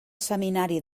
seminari